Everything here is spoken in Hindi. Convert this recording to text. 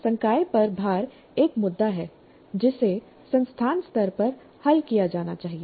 संकाय पर भार एक मुद्दा है जिसे संस्थान स्तर पर हल किया जाना है